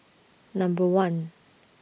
Number one